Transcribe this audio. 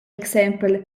exempel